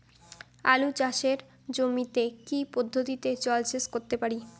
আলু চাষে জমিতে আমি কী পদ্ধতিতে জলসেচ করতে পারি?